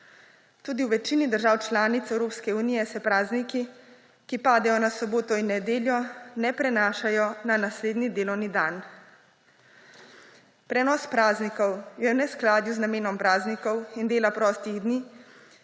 Tudi v večini držav članic Evropske unije se prazniki, ki padejo na soboto in nedeljo, ne prenašajo na naslednji delovni dan. Prenos praznikov je v neskladju z namenom praznikov in dela prostih dni,